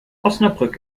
osnabrück